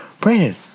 Brandon